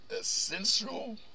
essential